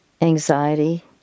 anxiety